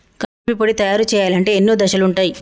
coffee పొడి తయారు చేయాలంటే ఎన్నో దశలుంటయ్